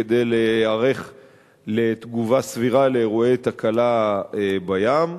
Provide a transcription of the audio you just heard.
כדי להיערך לתגובה סבירה לאירועי תקלה בים,